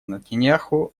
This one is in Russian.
нетаньяху